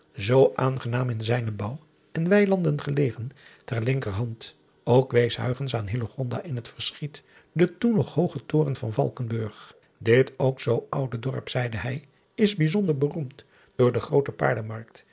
zoo aangenaam in zijne bouw en weilanden gelegen ter linkerhand ok wees aan in het verschiet den toen nog hoogen toren van alkenburg it ook zoo oude dorp zeide hij is bijzonder beroemd door de groote aardemarkt